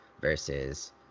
versus